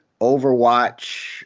Overwatch